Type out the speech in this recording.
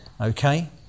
okay